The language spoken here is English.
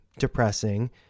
depressing